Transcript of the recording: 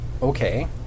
Okay